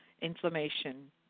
inflammation